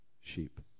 sheep